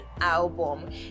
album